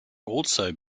also